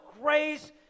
grace